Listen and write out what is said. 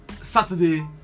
Saturday